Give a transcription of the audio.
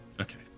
Okay